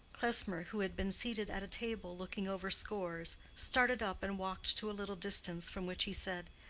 klesmer, who had been seated at a table looking over scores, started up and walked to a little distance, from which he said,